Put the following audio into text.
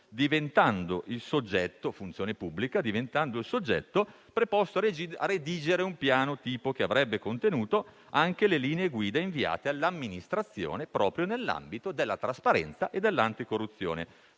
diventando il soggetto preposto a redigere un piano tipo, che avrebbe contenuto anche le linee guida inviate all'amministrazione, proprio nell'ambito della trasparenza e dell'anticorruzione.